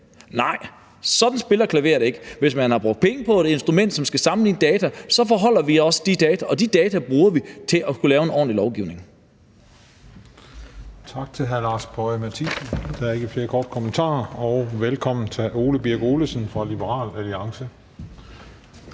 Nej, sådan spiller klaveret ikke! Hvis man har brugt penge på et instrument, som skal sammenligne data, så forholder vi os til de data, og de data bruger vi til at kunne lave en ordentlig lovgivning.